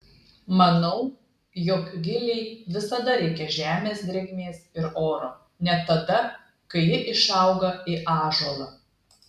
manau jog gilei visada reikia žemės drėgmės ir oro net tada kai ji išauga į ąžuolą